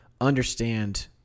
understand